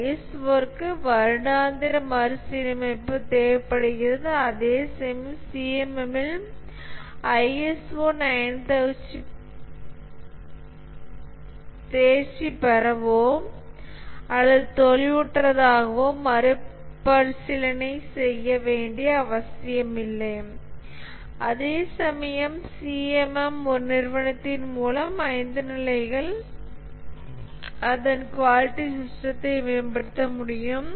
ISO விற்கு வருடாந்திர மறுசீரமைப்பு தேவைப்படுகிறது அதேசமயம் CMM ல் ISO தேர்ச்சி பெறவோ அல்லது தோல்வியுற்றதாகவோ மறுபரிசீலனை செய்ய வேண்டிய அவசியமில்லை அதேசமயம் CMM ஒரு நிறுவனத்தின் மூலம் 5 நிலைகள் அதன் குவாலிட்டி சிஸ்டத்தை மேம்படுத்த முடியும்